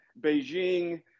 Beijing